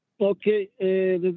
Okay